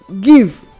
give